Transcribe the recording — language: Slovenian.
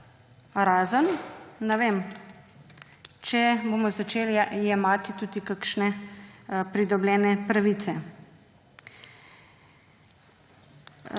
razen, ne vem, če bomo začeli jemati tudi kakšne pridobljene pravice.